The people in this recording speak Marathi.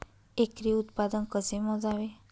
एकरी उत्पादन कसे मोजावे?